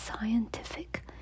scientific